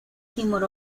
timor